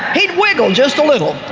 he'd wiggle just a little.